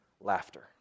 Laughter